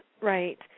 right